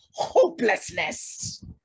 hopelessness